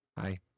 Hi